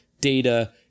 Data